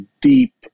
deep